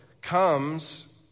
comes